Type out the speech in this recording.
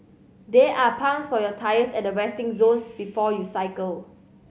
there are pumps for your tyres at the resting zone before you cycle